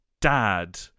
dad